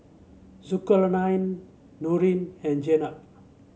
Zulkarnain Nurin and Jenab